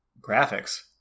graphics